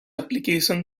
application